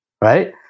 Right